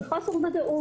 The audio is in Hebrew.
בחוסר וודאות,